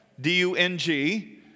D-U-N-G